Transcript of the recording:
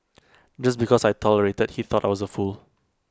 just because I tolerated he thought I was A fool